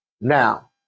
Now